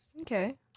Okay